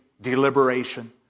deliberation